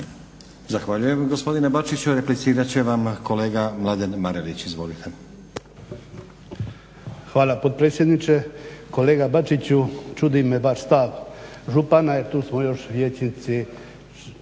Zahvaljujem gospodine Bačiću. Replicirat će vam kolega Mladen Marelić. Izvolite. **Marelić, Mladen (SDP)** Hvala potpredsjedniče. Kolega Bačiću čudi me vaš stav župana jer tu smo još vijećnici